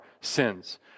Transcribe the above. sins